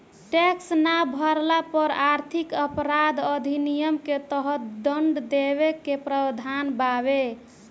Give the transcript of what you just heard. tax ना भरला पर आर्थिक अपराध अधिनियम के तहत दंड देवे के प्रावधान बावे